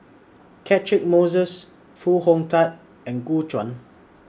Catchick Moses Foo Hong Tatt and Gu Juan